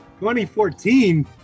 2014